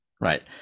right